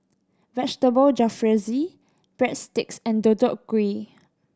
Vegetable Jalfrezi Breadsticks and Deodeok Gui